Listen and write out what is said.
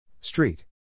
Street